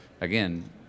again